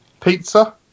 pizza